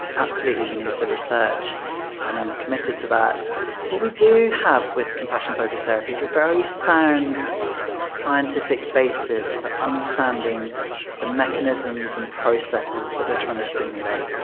absolutely we need the research and i am committed to that what we do have with compassion focused therapy is a very sound scientific basis for understanding the mechanisms and processes that we are trying to stimulate.